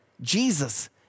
Jesus